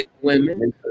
women